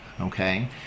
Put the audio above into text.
okay